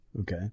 Okay